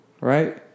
right